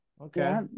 okay